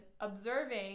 observing